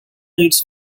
hits